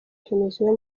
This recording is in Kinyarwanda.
venezuela